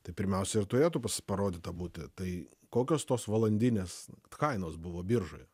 tai pirmiausia ir turėtų bus parodyta būti tai kokios tos valandinės kainos buvo biržoje